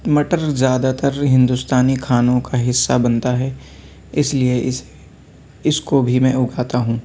مٹر زیادہ تر ہندوستانی کھانوں کا حصہ بنتا ہے اِس لیے اسے اِس کو بھی میں اگاتا ہوں